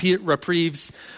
reprieves